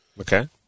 Okay